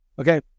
okay